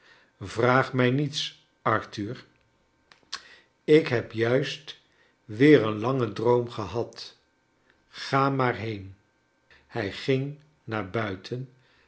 vraag mij niets arthur ik heb juist weer een langen droom gehad ga maar heen hij ging naar buiten